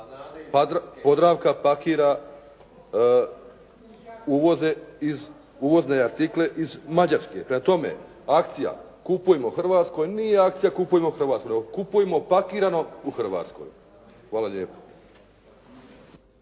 Podravka pakira uvozne artikle iz Mađarske. Prema tome, akcija "Kupujmo hrvatsko" nije akcija "Kupujmo hrvatsko", nego "Kupujmo pakirano u Hrvatskoj". Hvala lijepo.